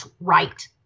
right